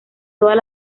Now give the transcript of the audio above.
todas